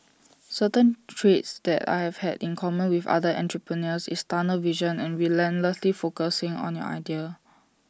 certain traits that I have had in common with other entrepreneurs is tunnel vision and relentlessly focusing on your idea